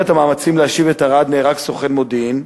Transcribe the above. המאמצים להשיב את ארד נהרג סוכן מודיעין,